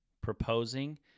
proposing